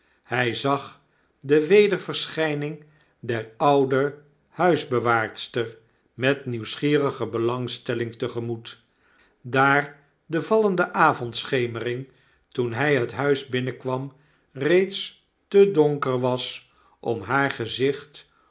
hij zag de wederverschijning der oude huisbewaarster metnieuwsgierige belangstelling te gemoet daar de vallende avondschemering toen hij het huis binnenkwam reeds te donker was om haar gezicht